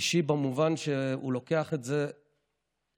אישי במובן שהוא לוקח את זה ללב,